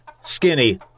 Skinny